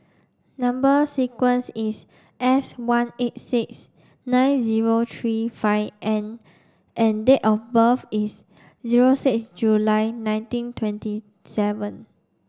number sequence is S one eight six nine zero three five N and date of birth is zero six July nineteen twenty seven